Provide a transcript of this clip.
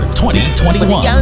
2021